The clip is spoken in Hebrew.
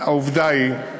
העובדה היא, אור-יהודה.